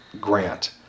grant